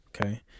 Okay